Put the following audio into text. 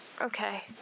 Okay